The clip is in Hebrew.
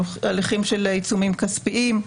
הליכים של עיצומים כספיים,